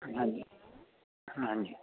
ਹਾਂਜੀ ਹਾਂਜੀ